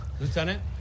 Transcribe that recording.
Lieutenant